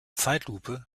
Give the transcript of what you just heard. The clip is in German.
zeitlupe